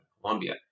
Colombia